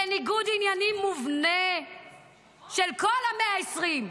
זה ניגוד עניינים מובנה של כל ה-120,